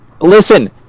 Listen